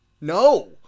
No